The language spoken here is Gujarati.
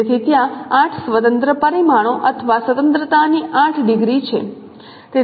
તેથી ત્યાં 8 સ્વતંત્ર પરિમાણો અથવા સ્વતંત્રતાના 8 ડિગ્રી છે